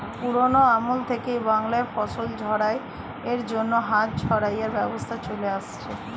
পুরোনো আমল থেকেই বাংলায় ফসল ঝাড়াই এর জন্য হাত ঝাড়াই এর ব্যবস্থা চলে আসছে